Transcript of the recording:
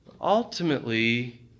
Ultimately